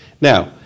Now